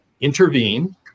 intervene